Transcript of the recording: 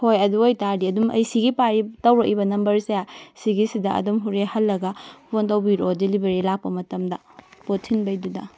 ꯍꯣꯏ ꯑꯗꯨꯏ ꯑꯣꯏꯇꯥꯔꯗꯤ ꯑꯗꯨꯝ ꯑꯩ ꯁꯤꯒꯤ ꯇꯧꯔꯛꯏꯕ ꯅꯝꯕꯔꯁꯦ ꯁꯤꯒꯤꯁꯤꯗ ꯑꯗꯨꯝ ꯍꯣꯔꯦꯟ ꯍꯜꯂꯒ ꯐꯣꯟ ꯇꯧꯕꯤꯔꯛꯑꯣ ꯗꯤꯂꯤꯚꯔꯤ ꯂꯥꯛꯄ ꯃꯇꯝꯗ ꯄꯣꯠ ꯊꯤꯟꯕꯩꯗꯨꯗ